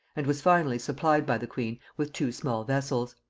and was finally supplied by the queen with two small vessels.